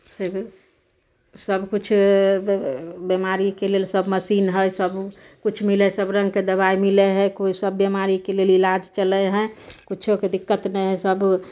फेरो सबकिछु बीमारीके लेल सब मशीन हइ किछु मिलय सब रङ्गके दबाइ मिलय हइ कोइ सब बीमारीके लेल इलाज चलय हय कुछोके दिक्कत नहि हइ सब